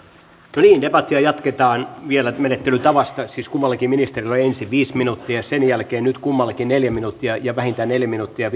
niin debattia jatketaan vielä menettelytavasta siis kummallakin ministerillä oli ensin viisi minuuttia sen jälkeen nyt kummallakin neljä minuuttia ja vähintään neljä minuuttia